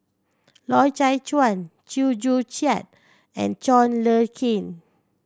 Loy Chye Chuan Chew Joo Chiat and John Le Cain